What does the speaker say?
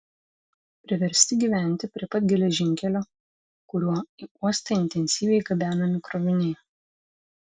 priversti gyventi prie pat geležinkelio kuriuo į uostą intensyviai gabenami kroviniai